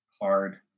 hard